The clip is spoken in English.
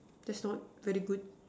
there's not very good